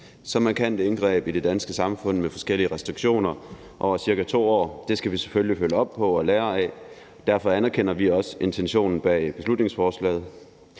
Så markante indgreb i det danske samfund med forskellige restriktioner over ca. 2 år skal vi selvfølgelig følge op på og lære af. Derfor anerkender vi også intentionen bag beslutningsforslaget.